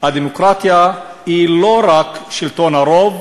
הדמוקרטיה היא לא רק שלטון הרוב,